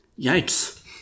Yikes